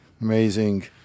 Amazing